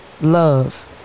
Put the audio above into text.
love